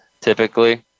Typically